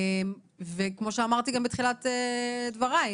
וכמו שאמרתי גם בתחילת דבריי,